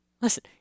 Listen